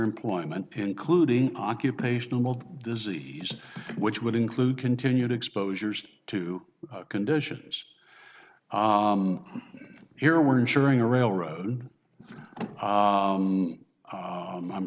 employment including occupational disease which would include continued exposures to conditions here we're ensuring a railroad i'm